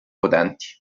potenti